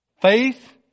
Faith